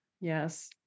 Yes